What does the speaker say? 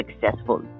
successful